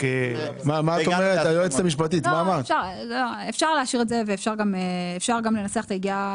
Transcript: אפשר להשאיר את זה ואפשר גם לנסח את היגיעה